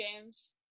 games